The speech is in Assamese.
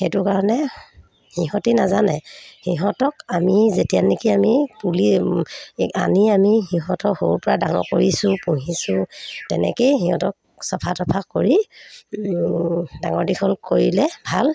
সেইটো কাৰণে সিহঁতি নাজানে সিহঁতক আমি যেতিয়া নেকি আমি পুলি আনি আমি সিহঁতক সৰুৰ পৰা ডাঙৰ কৰিছোঁ পুহিছোঁ তেনেকেই সিহঁতক চফা তফা কৰি ডাঙৰ দীঘল কৰিলে ভাল